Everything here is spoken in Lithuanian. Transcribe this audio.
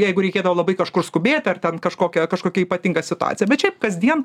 jeigu reikėdavo labai kažkur skubėti ar ten kažkokia kažkokia ypatinga situacija bet šiaip kasdien